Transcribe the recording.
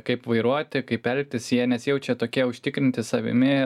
kaip vairuoti kaip elgtis jie nesijaučia tokie užtikrinti savimi